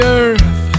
earth